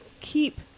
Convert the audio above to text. Keep